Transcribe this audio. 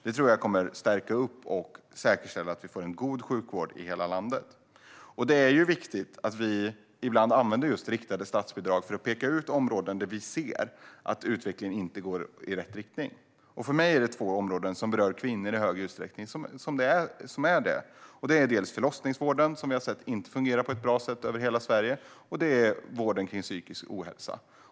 Det kommer att stärka och säkerställa en god sjukvård i hela landet. Det är viktigt att vi ibland använder riktade statsbidrag för att peka ut områden där vi ser att utvecklingen inte går i rätt riktning. För mig är det två områden som berör kvinnor i hög utsträckning, dels förlossningsvården, som vi har sett inte fungerar på ett bra sätt över hela Sverige, dels vården som rör psykisk ohälsa.